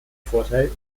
vorteil